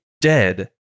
dead